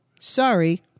sorry